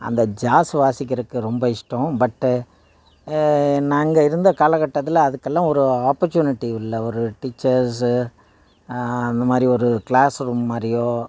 அந்த ஜாஸ் வாசிக்கிறக்கு ரொம்ப இஷ்டம் பட்டு நாங்கள் இருந்த காலக்கட்டத்தில் அதுக்கெல்லாம் ஒரு ஆப்பர்சூனிட்டி உள்ள ஒரு டீச்சர்ஸ்ஸு அந்த மாதிரி ஒரு க்ளாஸ் ரூம் மாதிரியோ